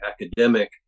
academic